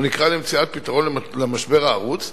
הוא נקרא למציאת פתרון למשבר הערוץ,